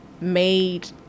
made